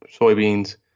soybeans